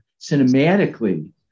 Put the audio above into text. cinematically